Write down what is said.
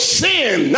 sin